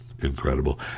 incredible